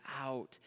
out